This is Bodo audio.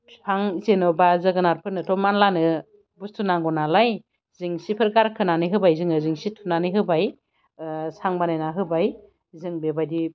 फिफां जेन'बा जोगोनारफोरनोथ' मानलानो बुसथु नांगौ नालाय जेंसिफोर गारखोनानै होबाय जोङो जेंसि थुनानै होबाय सां बानायनानै होबाय जों बेबादि